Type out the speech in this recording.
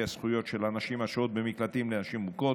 הזכויות של הנשים השוהות במקלטים לנשים מוכות.